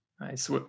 Nice